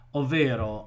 ovvero